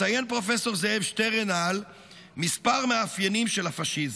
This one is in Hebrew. מציין פרופ' זאב שטרנהל כמה מאפיינים של הפשיזם: